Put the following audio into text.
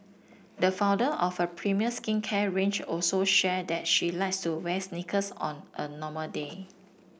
the founder of a premium skincare range also shared that she likes to wear sneakers on a normal day